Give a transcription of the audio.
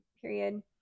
period